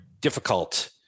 difficult